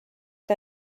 que